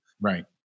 Right